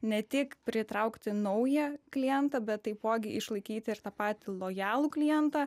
ne tik pritraukti naują klientą bet taipogi išlaikyti ir tą patį lojalų klientą